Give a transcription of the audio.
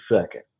second